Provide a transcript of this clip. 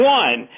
one